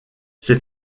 ses